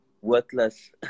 worthless